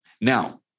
Now